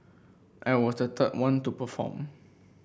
I was the third one to perform